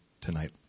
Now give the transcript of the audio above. tonight